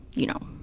you know,